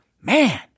man